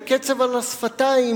בקצף על השפתיים,